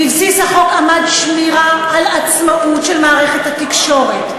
בבסיס החוק עמדו שמירה על עצמאות מערכת התקשורת,